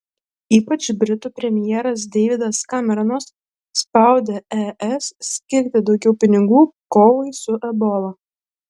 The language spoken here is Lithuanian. ypač britų premjeras deividas kameronas spaudė es skirti daugiau pinigų kovai su ebola